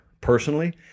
personally